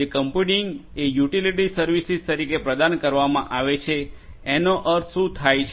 જેથી કમ્પ્યુટીંગ એ utility services તરીકે પ્રદાન કરવામાં આવે છે એનો અર્થ શું થાય છે